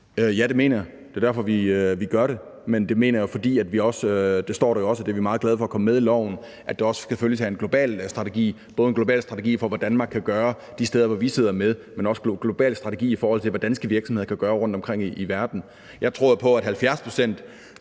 Ja, det mener jeg. Det er derfor, vi gør det. Men det mener jeg jo også er, fordi det – det står der også, og det er vi meget glade for kom med i loven – skal følges af en global strategi, både en global strategi for, hvordan man kan gøre det de steder, hvor vi sidder med, men også en global strategi for, hvad danske virksomheder kan gøre rundtomkring i verden. Jeg tror jo egentlig på, at